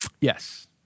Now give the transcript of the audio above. Yes